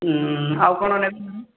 ଆଉ କ'ଣ ନେବେ